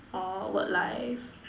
orh work life